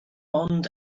ond